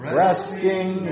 resting